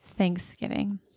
Thanksgiving